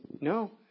no